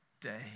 day